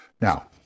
Now